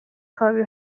خوابی